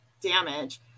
damage